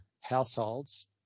households